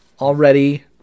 already